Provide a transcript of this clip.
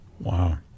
Wow